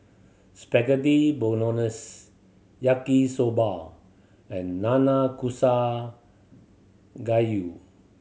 Spaghetti Bolognese Yaki Soba and Nanakusa Gayu